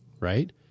right